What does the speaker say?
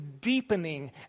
deepening